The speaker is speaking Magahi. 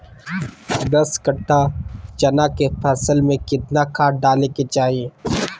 दस कट्ठा चना के फसल में कितना खाद डालें के चाहि?